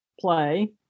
play